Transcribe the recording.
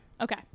Okay